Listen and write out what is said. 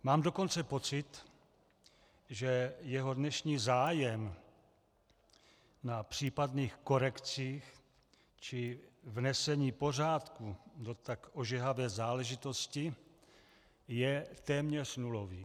Mám dokonce pocit, že jeho dnešní zájem na případných korekcích či vnesení pořádku do tak ožehavé záležitosti je téměř nulový.